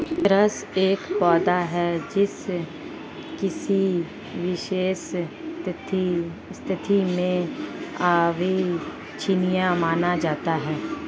चरस एक पौधा है जिसे किसी विशेष स्थिति में अवांछनीय माना जाता है